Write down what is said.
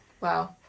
Wow